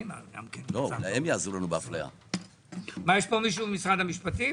יש פה מישהו ממשרד המשפטים?